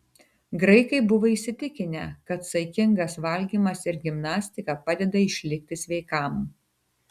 graikai buvo įsitikinę kad saikingas valgymas ir gimnastika padeda išlikti sveikam